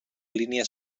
línia